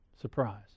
Surprise